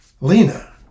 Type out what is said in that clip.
Lena